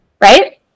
right